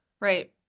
right